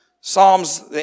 Psalms